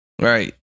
Right